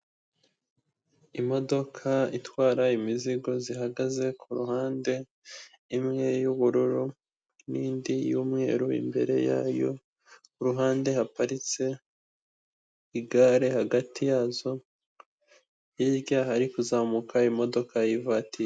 Imodoka itwara imizigo zihagaze ku ruhande, imwe y'ubururu n'indi y'umweru imbere yayo, ku ruhande haparitse igare hagati yazo hirya hari kuzamuka imodoka y'ivatiri.